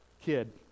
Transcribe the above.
kid